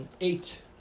eight